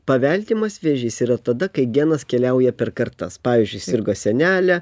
paveldimas vėžys yra tada kai genas keliauja per kartas pavyzdžiui sirgo senelė